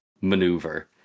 maneuver